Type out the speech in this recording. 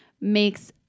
makes